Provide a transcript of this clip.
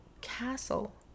Castle